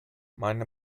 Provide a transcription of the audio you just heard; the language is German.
meine